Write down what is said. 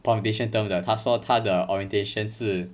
foundation term 的他说他的 orientation 是